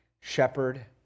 shepherd